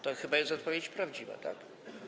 To chyba jest odpowiedź prawdziwa, tak?